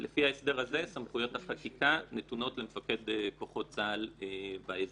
ולפי ההסדר הזה סמכויות החקיקה נתונות למפקד כוחות צה"ל באזור.